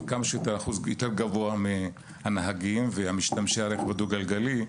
יורת גבוה מהנהגים ומשתמשי הרכב הדו גלגלי,